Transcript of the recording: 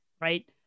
Right